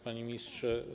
Panie Ministrze!